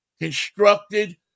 constructed